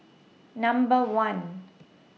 Number one